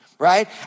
right